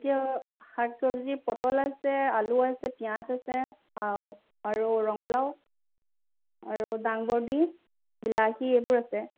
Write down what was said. এতিয়া শাক চব্জি পটল আছে আলু আছে পিঁয়াজ আছে আও আৰু ৰঙলাও আৰু দাংবডি বিলাহী এইবোৰ আছে